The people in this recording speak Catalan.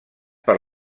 per